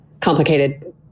complicated